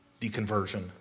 deconversion